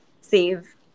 save